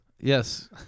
Yes